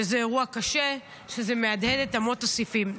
שזה אירוע קשה, שזה מרעיד את אמות הסיפים.